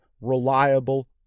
reliable